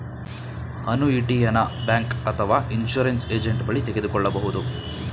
ಅನುಯಿಟಿಯನ bank ಅಥವಾ insurance agent ಬಳಿ ತೆಗೆದುಕೊಳ್ಳಬಹುದು